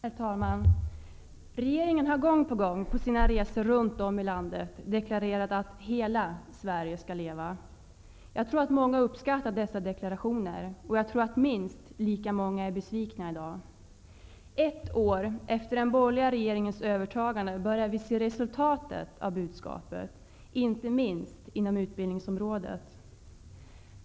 Herr talman! Regeringen har gång på gång deklarerat på sina resor runt om i landet: Hela Sverige skall leva! Jag tror att många har uppskattat dessa deklarationer, och jag tror att minst lika många är besvikna i dag. Ett år efter den borgerliga regeringens övertagande börjar vi se resultatet av budskapet, inte minst inom utbildningsområdet.